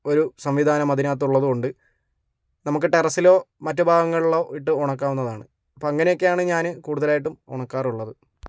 ഒരു സംവിധാനം അതിനകത്ത് ഉള്ളതു കൊണ്ട് നമുക്ക് ടെറസിലോ മറ്റ് ഭാഗങ്ങളിലോ ഇട്ട് ഉണക്കാവുന്നതാണ് അപ്പം അങ്ങനെയൊക്കെയാണ് ഞാൻ കൂടുതലായിട്ടും ഉണക്കാറുള്ളത്